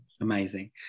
Amazing